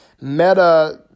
meta